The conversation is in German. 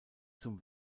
zum